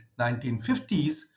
1950s